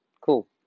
Cool